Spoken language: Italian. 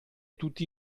tutti